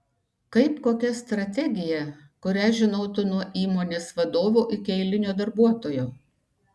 kaip kokia strategija kurią žinotų nuo įmonės vadovo iki eilinio darbuotojo